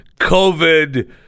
COVID